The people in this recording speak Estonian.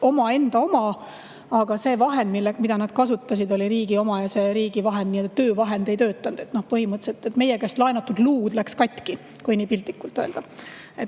omaenda kord. Aga see vahend, mida nad kasutasid, oli riigi oma ja see riigi nii-öelda töövahend ei töötanud. Põhimõtteliselt meie käest laenatud luud läks katki, kui piltlikult öelda.